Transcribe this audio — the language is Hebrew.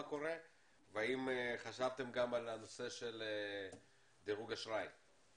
קורה והאם חשבתם גם על הנושא של דירוג אשראי?